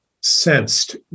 sensed